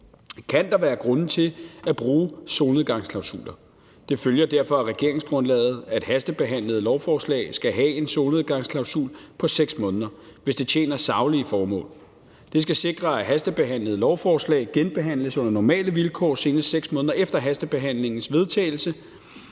kan der være grunde til at bruge solnedgangsklausuler. Det følger derfor af regeringsgrundlaget, at hastebehandlede lovforslag skal have en solnedgangsklausul på 6 måneder, hvis det tjener saglige formål. Det skal sikre, at hastebehandlede lovforslag genbehandles under normale vilkår senest 6 måneder efter hastebehandlingens vedtagelse,